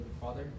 Father